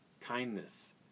kindness